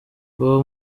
uwo